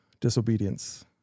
Disobedience